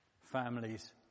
Families